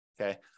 Okay